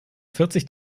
vierzig